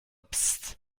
psst